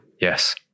Yes